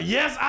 Yes